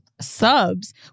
subs